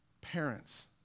Parents